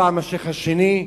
פעם השיח' השני,